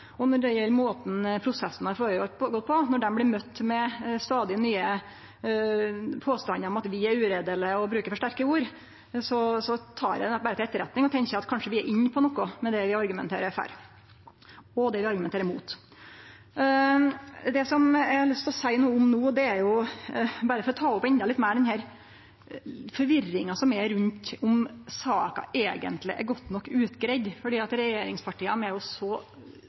oss. Når dei svært relevante argumenta våre – når det gjeld både innhaldet i saka og måten prosessen har gått føre seg på – blir møtte med stadig nye påstandar om at vi er ureielege og bruker for sterke ord, tek eg det berre til etterretning og tenkjer at vi kanskje er inne på noko med det vi argumenterer for og mot. Det eg har lyst til no, er endå meir å ta opp forvirringa rundt om saka eigentleg er godt nok utgreidd, for regjeringspartia er jo så